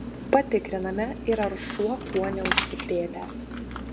patikriname ir ar šuo kuo neužsikrėtęs